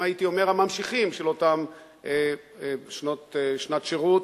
הם, הייתי אומר, הממשיכים של אותם שנת שירות,